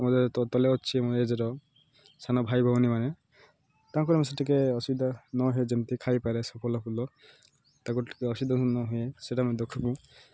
ମୋ ତଳେ ଅଛି ମୋ ଏଜ୍ର ସାନ ଭାଇ ଭଉଣୀମାନେ ତାଙ୍କର ଆମେ ସେ ଟିକେ ଅସୁବିଧା ନ ହୁଏ ଯେମିତି ଖାଇପାରେ ସେ ଫଳ ଫୁଲ ତାକୁ ଟିକେ ଅସୁବିଧା ନ ହୁଏ ସେଇଟା ମୁଇଁ ଦେଖିବୁ